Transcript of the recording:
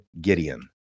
Gideon